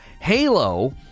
Halo